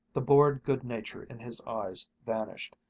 the bored good-nature in his eyes vanished,